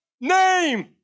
name